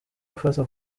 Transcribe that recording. gufata